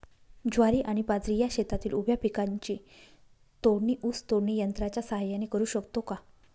ज्वारी आणि बाजरी या शेतातील उभ्या पिकांची तोडणी ऊस तोडणी यंत्राच्या सहाय्याने करु शकतो का?